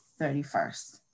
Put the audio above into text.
31st